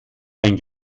ein